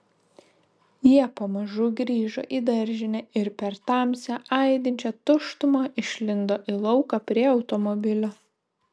jie pamažu grįžo į daržinę ir per tamsią aidinčią tuštumą išlindo į lauką prie automobilio